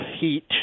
heat